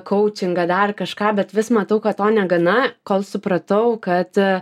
kaučingą dar kažką bet vis matau kad to negana kol supratau kad